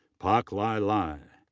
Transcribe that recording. park lai lai.